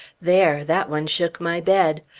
there that one shook my bed!